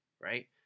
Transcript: Right